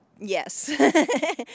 yes